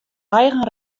eigen